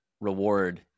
reward